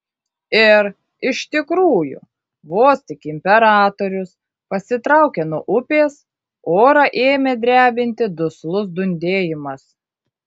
ir iš tikrųjų vos tik imperatorius pasitraukė nuo upės orą ėmė drebinti duslus dundėjimas